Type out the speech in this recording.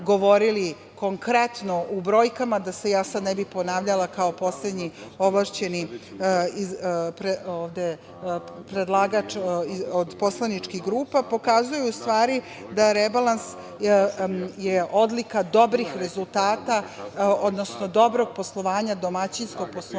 konkretno u brojkama, da se ja sada ne bih ponavljala kao poslednji ovlašćeni predlagača od poslaničkih grupa, pokazuju u stvari da je rebalans odlika dobrih rezultata, odnosno dobrog poslovanja, domaćinskog poslovanja